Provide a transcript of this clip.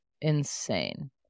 insane